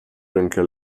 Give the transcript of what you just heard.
rękę